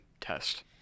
test